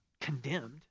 condemned